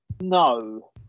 No